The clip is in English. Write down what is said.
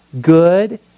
good